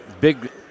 big